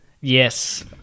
Yes